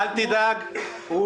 הדבר